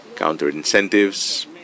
counter-incentives